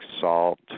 salt